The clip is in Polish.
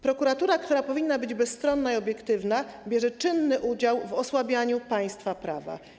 Prokuratura, która powinna być bezstronna i obiektywna, bierze czynny udział w osłabianiu państwa prawa.